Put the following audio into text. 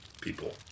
people